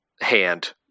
hand